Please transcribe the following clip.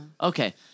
Okay